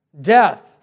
death